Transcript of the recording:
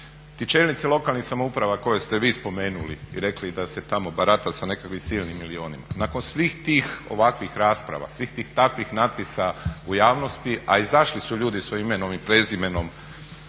ti čelnici lokalnih samouprava koje ste vi spomenuli i rekli da se tamo barata sa nekakvim silnim milijunima, nakon svih tih ovakvih rasprava, svih takvih napisa u javnosti, a izašli su ljudi s imenom i prezimenom